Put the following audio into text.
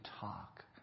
talk